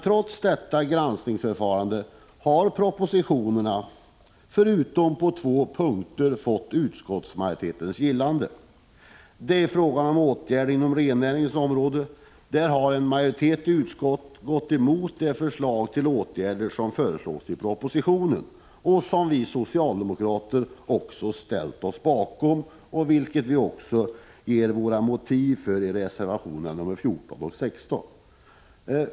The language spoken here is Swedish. Trots detta granskningsförfarande har propositionerna förutom på två punkter vunnit utskottsmajoritetens gillande. Det är fråga om åtgärder på rennäringens område, där en majoritet i utskottet har gått emot de förslag till åtgärder som framförts i propositionen och som vi socialdemokrater också ställt oss bakom. Vi ger också våra motiv för detta i reservationerna 14 och 16.